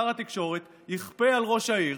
שר התקשורת יכפה על ראש העיר,